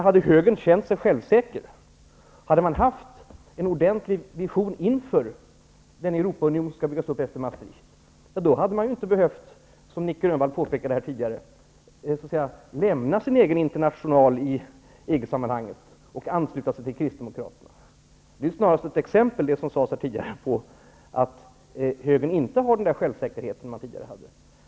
Hade högern känt sig självsäker, hade man haft en ordentlig vision inför den Europaunion som skall byggas upp efter Maastricht, då hade man ju inte behövt -- som Nic Grönvall påpekade här tidigare -- lämna sin egen international i EG-sammanhanget och ansluta sig till Kristdemokraterna. Det som sades här tidigare är snarast ett exempel på att högern inte har den självsäkerhet man tidigare hade.